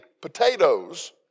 potatoes